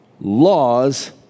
laws